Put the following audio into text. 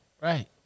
Right